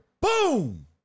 boom